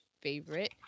favorite